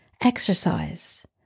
Exercise